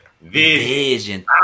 Vision